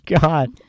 god